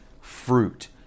fruit